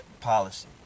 policy